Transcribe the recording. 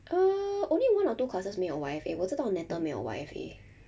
err only one or two classes 没有 Y_F_A 我知道 natal 没有 Y_F_A